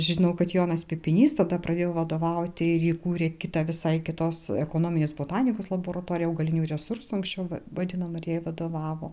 žinau kad jonas pipinys tada pradėjo vadovauti ir įkūrė kitą visai kitos ekonominės botanikos laboratoriją augalinių resursų anksčiau vadinamą ir jai vadovavo